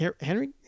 Henry